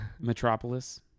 Metropolis